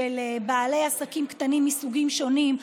של בעלי עסקים קטנים מסוגים שונים,